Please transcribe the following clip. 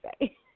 say